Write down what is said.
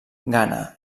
ghana